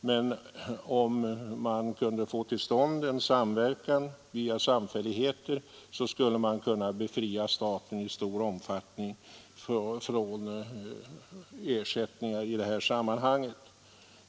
Men om man kunde få till stånd en samverkan via samfälligheter, så skulle man kunna befria staten i stor omfattning från ersättningar i detta sammanhang.